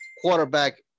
quarterback